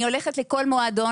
אני הולך לכל מועדון